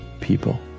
people